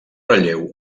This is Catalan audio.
relleu